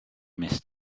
missed